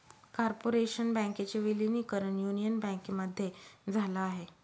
corporation बँकेचे विलीनीकरण union बँकेमध्ये झाल आहे